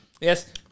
Yes